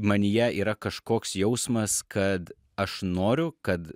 manyje yra kažkoks jausmas kad aš noriu kad